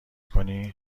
کنی